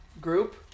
group